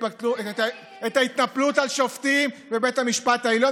את ההתנפלות על שופטים בבית המשפט העליון,